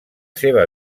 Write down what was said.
seva